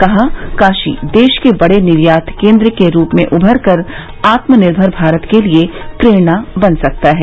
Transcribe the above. कहा काशी देश के बड़े निर्यात केन्द्र के रूप में उभरकर आत्मनिर्मर भारत के लिए प्रेरणा बन सकता है